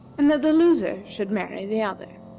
and that the loser should marry the other.